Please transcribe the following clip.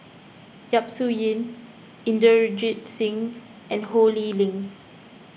Yap Su Yin Inderjit Singh and Ho Lee Ling